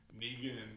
Negan